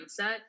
mindset